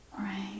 Right